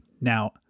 Now